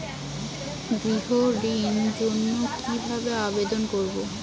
গৃহ ঋণ জন্য কি ভাবে আবেদন করব?